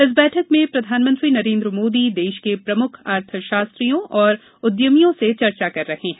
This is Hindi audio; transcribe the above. इस बैठक में प्रधानमंत्री नरेन्द्र मोदी देश के प्रमुख अर्थशास्त्रियों और उद्यमियों से चर्चा कर रहे हैं